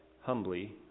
humbly